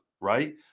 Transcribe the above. right